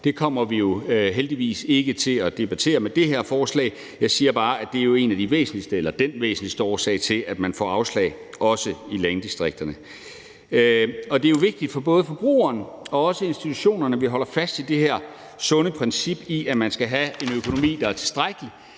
Det kommer vi heldigvis ikke til at debattere med det her forslag, men jeg siger bare, at det jo er en af de væsentligste årsager – eller den væsentligste årsag – til, at man får afslag, også i landdistrikterne. Det er vigtigt for både forbrugerne og institutionerne, at vi holder fast i det her sunde princip om, at man skal have en økonomi, der er tilstrækkelig,